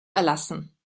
erlassen